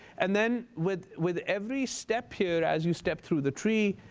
and then with with every step here, as you step through the tree,